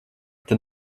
tad